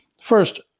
First